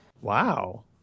wow